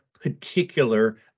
particular